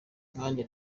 nkanjye